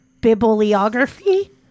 Bibliography